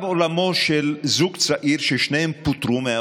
אני אומרת לכם,